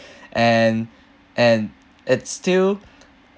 and and it's still